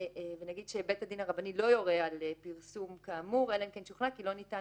ונגיד שבית הדין לא יורה על פרסום כאמור אלא אם כן שוכנע כי לא ניתן